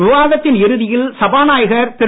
விவாதத்தின் இறுதியில் சபாநாயகர் திரு